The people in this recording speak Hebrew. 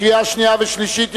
קריאה שנייה וקריאה שלישית.